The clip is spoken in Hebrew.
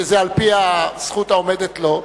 וזה על-פי הזכות העומדת לו,